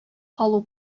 калу